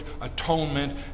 atonement